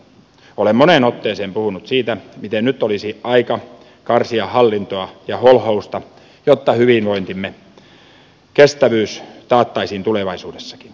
olen moneen otteeseen puhunut siitä miten nyt olisi aika karsia hallintoa ja holhousta jotta hyvinvointimme kestävyys taattaisiin tulevaisuudessakin